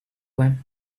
him